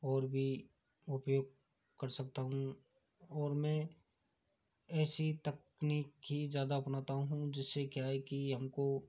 और भी उपयोग कर सकता हूँ और मैं ऐसी तकनीक ही ज़्यादा अपनाता हूँ जिस से क्या है कि हम को